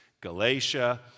Galatia